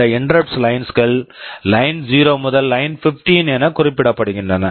இந்த interrupts lines interrupt lines கள் line zero line0 முதல் லைன்15 line15 என குறிப்பிடப்படுகின்றன